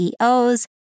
CEOs